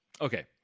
Okay